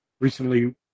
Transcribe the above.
recently